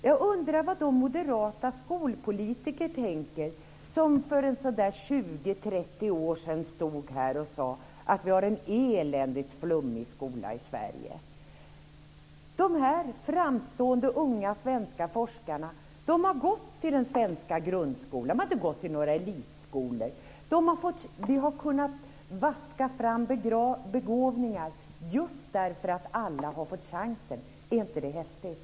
Jag undrar vad de moderata skolpolitiker tänker som för 20-30 år sedan stod här och sade att vi har en eländigt flummig skola i Sverige. De här unga framstående svenska forskarna har gått i den svenska grundskolan. De har inte gått i några elitskolor. Vi har kunnat vaska fram begåvningar just därför att alla har fått chansen. Är inte det häftigt?